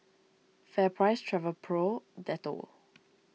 FairPrice Travelpro Dettol